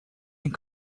and